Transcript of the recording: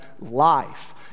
life